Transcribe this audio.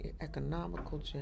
economical